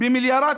במיליארדי